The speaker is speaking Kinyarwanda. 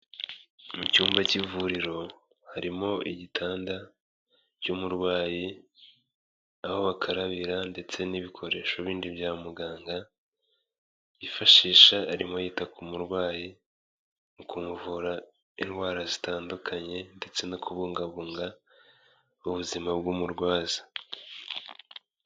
Mu cyumba k'ivuriro harimo igitanda cy'umurwayi, aho bakarabira ndetse n'ibikoresho bindi bya muganga yifashisha arimo yita ku murwayi mu kumuvura indwara zitandukanye ndetse no kubungabunga ubuzima bw'umurwaza.